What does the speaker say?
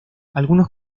algunos